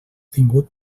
tingut